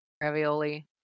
ravioli